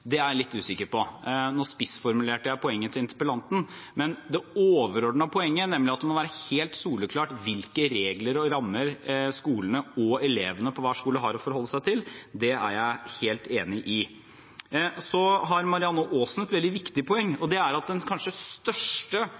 er jeg litt usikker på. Nå spissformulerte jeg poenget til interpellanten, men det overordnede poenget, nemlig at det må være helt soleklart hvilke regler og rammer skolene og elevene på hver skole har å forholde seg til, er jeg helt enig i. Så har Marianne Aasen et veldig viktig poeng. Det er at